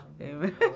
Amen